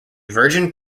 virgin